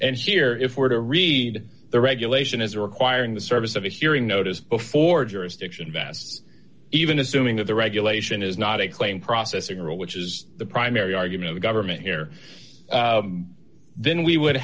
and here if we're to read the regulation is requiring the service of a hearing notice before jurisdiction vast even assuming that the regulation is not a claim processing rule which is the primary argument of government here then we would